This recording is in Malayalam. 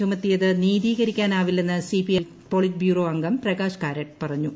ചുമത്തിയത് നീതികരിക്കാനാവില്ലെന്ന് ഫ്സിപ്പിഐഎം പോളിറ്റ് ബ്യൂറോ അംഗം പ്രകാശ് കാരാട്ട് പറഞ്ഞു